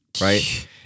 right